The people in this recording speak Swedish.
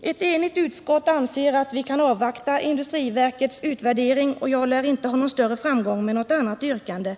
Ett enigt utskott anser att vi kan avvakta industriverkets utvärdering, och jag lär inte ha någon större framgång med något annat yrkande.